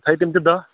تھَٲیِو تِم تہِ دۄہ